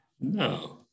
No